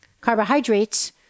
carbohydrates